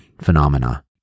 phenomena